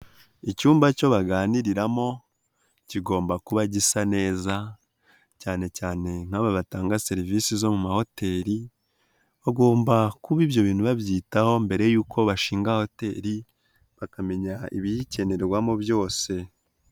Icyumba cyo baganiriramo, kigomba kuba gisa neza, cyane cyane nk'aba batanga serivisi zo mu mahoteli, bagomba kuba ibyo bintu babyitaho mbere yuko bashinga hoteli, bakamenya ibiyikenerwamo byose.